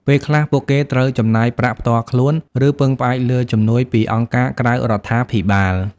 ពេលខ្លះ ពួកគេត្រូវចំណាយប្រាក់ផ្ទាល់ខ្លួន ឬពឹងផ្អែកលើជំនួយពីអង្គការក្រៅរដ្ឋាភិបាល។